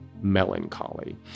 melancholy